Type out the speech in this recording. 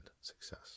success